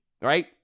right